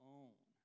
own